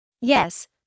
Yes